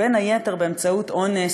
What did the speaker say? בין היתר באונס,